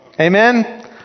Amen